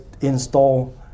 install